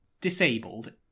disabled